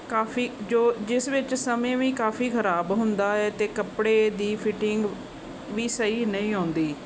ਕਾਫ਼ੀ ਜੋ ਜਿਸ ਵਿੱਚ ਸਮੇਂ ਵੀ ਕਾਫ਼ੀ ਖਰਾਬ ਹੁੰਦਾ ਹੈ ਅਤੇ ਕੱਪੜੇ ਦੀ ਫਿਟਿੰਗ ਵੀ ਸਹੀ ਨਹੀਂ ਆਉਂਦੀ